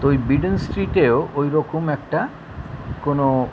তো ওই বিডন স্ট্রিটেও ওই রকম একটা কোনো